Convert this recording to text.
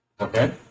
Okay